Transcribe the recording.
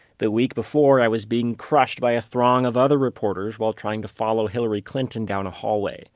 the week before, i was being crushed by a throng of other reporters while trying to follow hillary clinton down a hallway